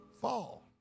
fall